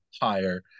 higher